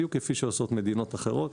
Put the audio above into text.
בדיוק כפי שעושות מדינות אחרות.